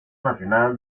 nacional